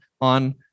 on